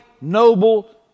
noble